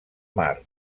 mar